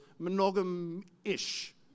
monogam-ish